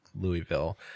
Louisville